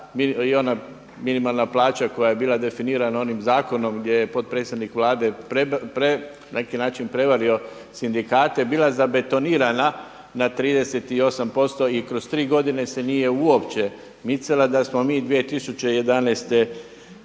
i ona minimalna plaća koja je bila definirana onim zakonom gdje je potpredsjednik Vlade na neki način prevario sindikate bila zabetonirana na 38% i kroz 3 godine se nije uopće micala. Da smo mi 2011.